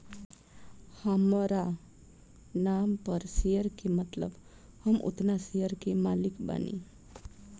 हामरा नाम पर शेयर के मतलब हम ओतना शेयर के मालिक बानी